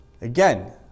Again